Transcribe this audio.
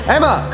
Emma